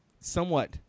somewhat